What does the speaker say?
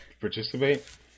participate